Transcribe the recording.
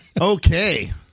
Okay